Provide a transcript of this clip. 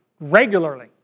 regularly